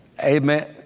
Amen